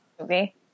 movie